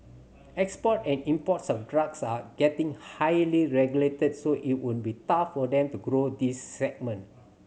export and imports of drugs are getting highly regulated so it would be tough for them to grow this segment